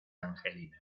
angelina